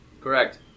Correct